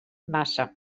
massa